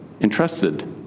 entrusted